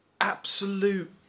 absolute